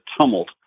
tumult